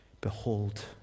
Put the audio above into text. behold